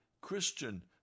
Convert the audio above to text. Christian